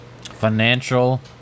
Financial